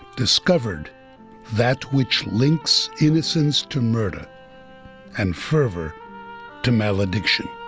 discovered that which links innocence to murder and fervor to malediction.